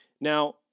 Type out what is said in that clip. Now